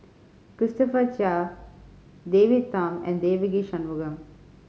Christopher Chia David Tham and Devagi Sanmugam